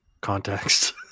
context